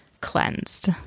cleansed